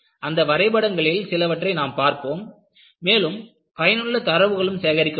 அந்த வரைபடங்களில் சிலவற்றை நாம் பார்ப்போம் மேலும் பயனுள்ள தரவுகளும் சேகரிக்கப்பட்டது